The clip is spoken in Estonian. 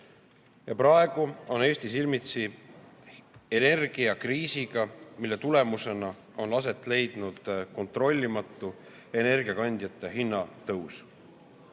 Praegu on Eesti silmitsi energiakriisiga, mille tulemusena on aset leidnud kontrollimatu energiakandjate hinna tõus.